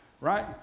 right